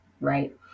right